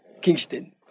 Kingston